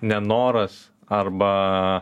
nenoras arba